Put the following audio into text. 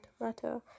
matter